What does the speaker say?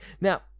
Now